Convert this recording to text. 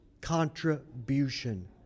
contribution